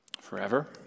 forever